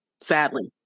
sadly